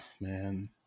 man